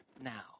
now